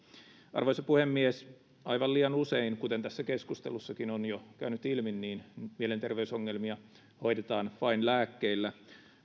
arvoisa puhemies aivan liian usein kuten tässä keskustelussakin on jo käynyt ilmi mielenterveysongelmia hoidetaan vain lääkkeillä